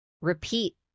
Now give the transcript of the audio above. repeat